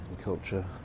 culture